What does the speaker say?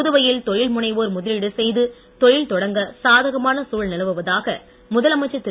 புதுவையில் தொழில்முனைவோர் முதலீடு செய்து தொழில் தொடங்க சாதகமான சூழல் நிலவுவதாக முதலமைச்சர் திரு